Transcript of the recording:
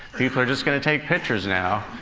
people are just going to take pictures now.